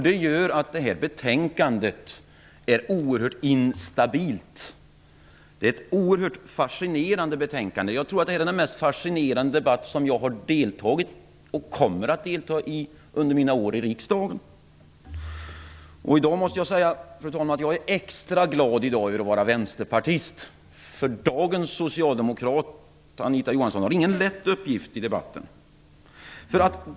Det gör att betänkandet är oerhört instabilt. Det är ett oerhört fascinerande betänkande. Jag tror att det är den mest fascinerande debatt som jag har deltagit i och kommer att delta i under mina år i riksdagen. Fru talman! I dag måste jag säga att jag är extra glad över att vara vänsterpartist, för dagens socialdemokrat, Anita Johansson, har ingen lätt uppgift i debatten.